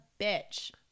bitch